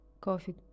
coffee